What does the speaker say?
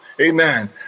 amen